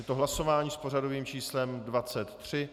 Je to hlasování s pořadovým číslem 23.